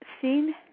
seen